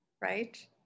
right